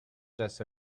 just